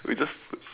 we just